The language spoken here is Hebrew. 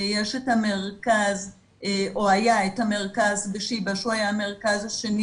היה את המרכז בשיבא שהוא היה המרכז השני,